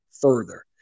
further